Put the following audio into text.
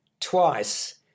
Twice